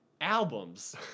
albums